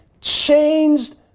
changed